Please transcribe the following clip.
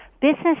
business